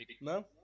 No